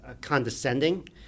condescending